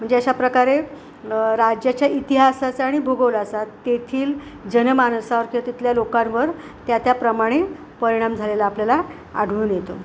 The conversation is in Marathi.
म्हणजे अशा प्रकारे राज्याच्या इतिहासाचा आणि भूगोलाचा तेथील जनमानसावर किंवा तिथल्या लोकांवर त्या त्याप्रमाणे परिणाम झालेला आपल्याला आढळून येतो